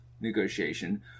negotiation